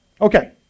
Okay